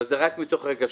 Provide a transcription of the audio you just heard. לא, זה רק מתוך רגשות.